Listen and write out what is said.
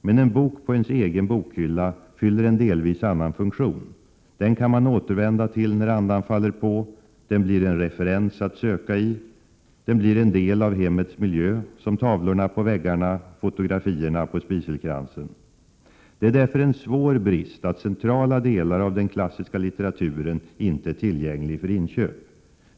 Men en bok på ens egen bokhylla fyller en delvis annan funktion. Den kan man återvända till när andan faller på. Den blir en referens att söka i. Den blir en del av hemmets miljö, som tavlorna på väggarna och fotografierna på spiselkransen. Det är därför en svår brist att centrala delar av den klassiska litteraturen inte är tillgänglig för inköp.